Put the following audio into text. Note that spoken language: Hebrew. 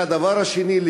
הדבר השני,